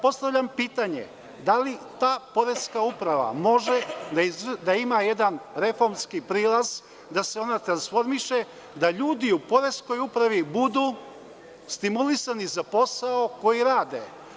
Postavljam pitanje – da li ta poreska uprava može da ima jedan reformski prilaz, da se ona transformiše, da ljudi u poreskoj upravi budu stimulisani za posao koji rade.